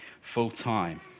full-time